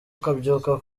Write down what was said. akabyuka